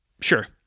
sure